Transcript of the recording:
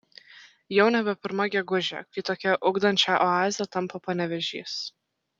jau nebe pirma gegužė kai tokia ugdančia oaze tampa panevėžys